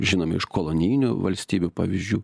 žinome iš kolonijinių valstybių pavyzdžių